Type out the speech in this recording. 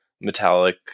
metallic